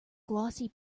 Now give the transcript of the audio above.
glossy